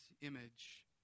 image